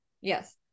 yes